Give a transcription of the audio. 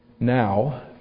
Now